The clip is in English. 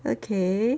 okay